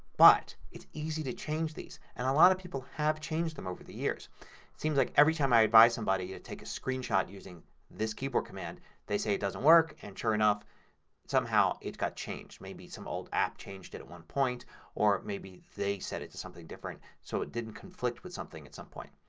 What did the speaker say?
but it's easy to change these. and a lot of people have changed them over the years. it seems like everytime i advise somebody to take a screen shot using this keyboard command they say it doesn't work. and sure enough somehow it's got changed. maybe some old app changed it at one point or maybe they set it to something different so it didn't conflict with something at some point.